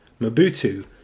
Mobutu